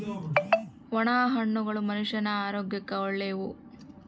ಒಣ ಹಣ್ಣುಗಳು ಮನುಷ್ಯನ ಆರೋಗ್ಯಕ್ಕ ಒಳ್ಳೆವು